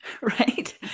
Right